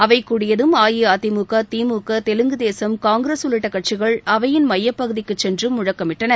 அவை கூடியதும் அஇஅதிமுக திமுக தெலுங்கு தேசம் காங்கிரஸ் உள்ளிட்ட கட்சிகள் அவையின் மையப் பகுதிக்கு சென்று முழக்கமிட்டனர்